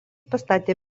pastatė